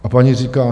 A paní říká.